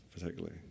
particularly